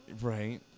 Right